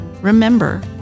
Remember